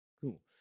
Cool